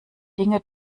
dinge